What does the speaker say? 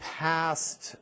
past